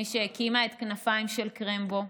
מי שהקימה את כנפיים של קרמבו.